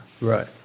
Right